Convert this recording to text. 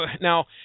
Now